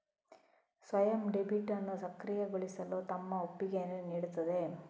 ಸ್ವಯಂ ಡೆಬಿಟ್ ಅನ್ನು ಸಕ್ರಿಯಗೊಳಿಸಲು ತಮ್ಮ ಒಪ್ಪಿಗೆಯನ್ನು ನೀಡುತ್ತದೆ